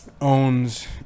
owns